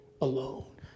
alone